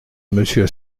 monsieur